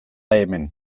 hemen